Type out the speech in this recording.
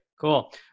cool